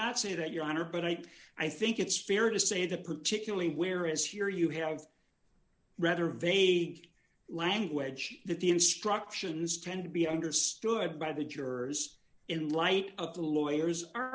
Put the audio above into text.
not say that your honor but i i think it's fair to say that particularly where as here you have rather vague language that the instructions tend to be understood by the jurors in light of the lawyers ar